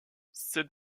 cette